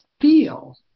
feel